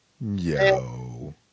Yo